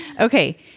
Okay